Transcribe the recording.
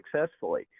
successfully